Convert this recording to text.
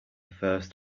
first